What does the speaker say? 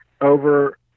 over